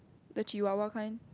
the Chihuahua kind